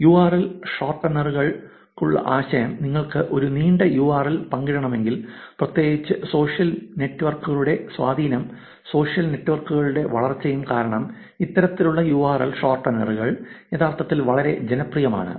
URL ഷോർട്ടനറുകൾക്കുള്ള ആശയം നിങ്ങൾക്ക് ഒരു നീണ്ട യുആർഎൽ പങ്കിടണമെങ്കിൽ പ്രത്യേകിച്ചും സോഷ്യൽ നെറ്റ്വർക്കുകളുടെ സ്വാധീനവും സോഷ്യൽ നെറ്റ്വർക്കുകളുടെ വളർച്ചയും കാരണം ഇത്തരത്തിലുള്ള യുആർഎൽ ഷോർട്ടനറുകൾ യഥാർത്ഥത്തിൽ വളരെ ജനപ്രിയമാണ്